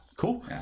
Cool